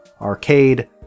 Arcade